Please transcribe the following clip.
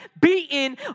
beaten